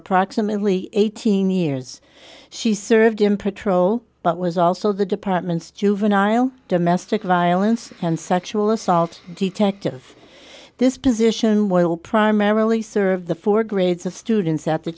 approximately eighteen years she served in pretrial but was also the department's juvenile domestic violence and sexual assault detective this position while primarily serve the four grades of students a